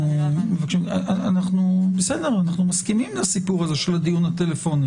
אנחנו מסכימים לסיפור של הדיון הטלפוני